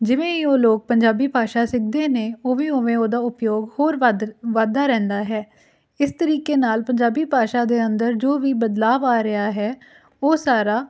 ਜਿਵੇਂ ਹੀ ਉਹ ਲੋਕ ਪੰਜਾਬੀ ਭਾਸ਼ਾ ਸਿੱਖਦੇ ਨੇ ਉਹ ਵੀ ਉਵੇਂ ਉਹਦਾ ਉਪਯੋਗ ਹੋਰ ਵੱਧ ਵੱਧਦਾ ਰਹਿੰਦਾ ਹੈ ਇਸ ਤਰੀਕੇ ਨਾਲ ਪੰਜਾਬੀ ਭਾਸ਼ਾ ਦੇ ਅੰਦਰ ਜੋ ਵੀ ਬਦਲਾਵ ਆ ਰਿਹਾ ਹੈ ਉਹ ਸਾਰਾ